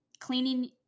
cleaning